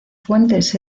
fuentes